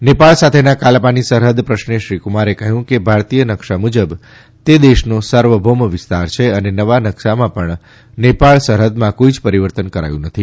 નેપાળ સાથેના કાલાપાની સરફદ પ્રશ્ને શ્રીકુમારે કહ્યું કે ભારતીય નકશા મુજબ તે દેશનો સાર્વભૌમ વિસ્તાર છે અને નવા નવશામાં પણ નેપાળ સરહદમાં કોઇ જ પરિવર્તન કરાયું નથી